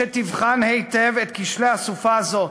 שתבחן היטב את כשלי המערכת בסופה הזו.